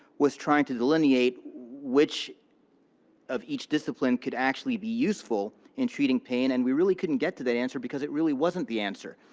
was trying to delineate which of each discipline could actually be useful in treating pain. and we really couldn't get to that answer because it really wasn't the answer.